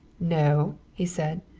no, he said